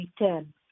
return